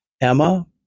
Emma